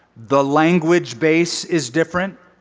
the language base is different.